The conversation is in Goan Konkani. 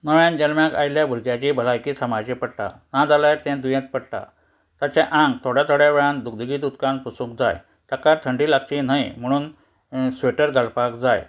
नोव्यान जल्माक आयल्ल्या भुरग्याची भलायकी सांबाळची पडटा नाजाल्यार तें दुयेंत पडटा ताचें आंग थोड्या थोड्या वेळान दुगदगीत उदकान पुसूंक जाय ताका थंडी लागची न्हय म्हणून स्वेटर घालपाक जाय